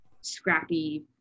scrappy